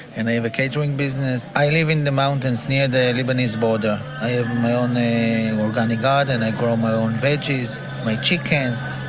and i have a catering business. i live in the mountains near the lebanese border. i have my own organic garden. i grow my own veggies. my chickens.